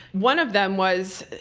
one of them was,